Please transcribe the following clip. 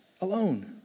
alone